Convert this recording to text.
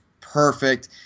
perfect